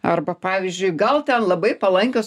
arba pavyzdžiui gal ten labai palankios